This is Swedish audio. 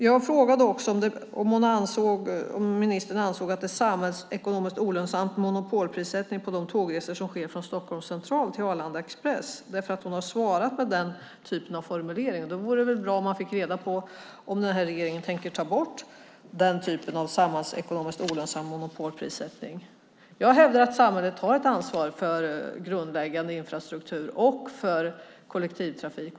Jag frågade om ministern ansåg att det är en samhällsekonomiskt olönsam monopolprissättning på de tågresor som sker från Stockholm Central med Arlanda Express. Hon har svarat med den typen av formuleringar. Det vore bra om vi kunde få reda på om regeringen tänker ta bort den typen av samhällsekonomiskt olönsam monopolprissättning. Jag hävdar att samhället har ett ansvar för grundläggande infrastruktur och för kollektivtrafik.